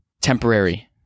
temporary